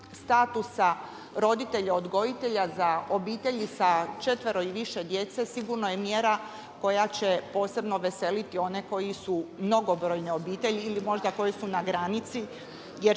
statusa roditelja odgojitelja za obitelji sa 4 i više djece sigurno je mjera koja će posebno veseliti one koji su mnogobrojne obitelji ili možda koji su na granici